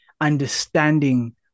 understanding